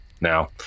now